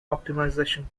optimization